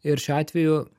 ir šiuo atveju